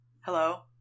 Hello